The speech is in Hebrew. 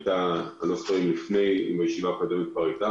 אני לא זוכר אם בישיבה הקודמת כבר הייתה